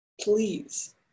please